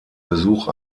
besuch